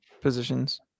positions